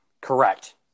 Correct